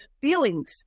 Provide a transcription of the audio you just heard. feelings